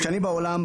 כשאני בעולם,